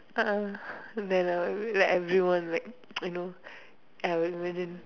uh then uh like everyone like you know I'll imagine